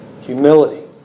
Humility